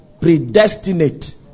predestinate